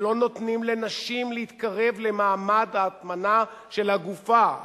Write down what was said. שלא נותנים לנשים להתקרב למעמד ההטמנה של הגופה.